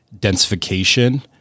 densification